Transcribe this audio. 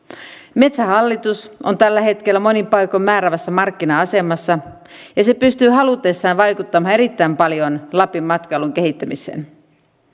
metsähallitus on tällä hetkellä monin paikoin määräävässä markkina asemassa ja se pystyy halutessaan vaikuttamaan erittäin paljon lapin matkailun kehittämiseen